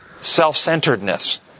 Self-centeredness